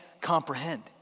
comprehend